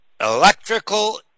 Electrical